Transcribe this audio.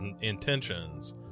intentions